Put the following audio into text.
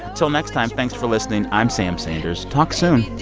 till next time, thanks for listening. i'm sam sanders. talk soon